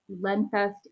Lenfest